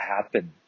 happen